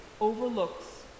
overlooks